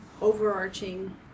overarching